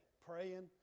praying